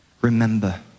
remember